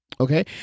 Okay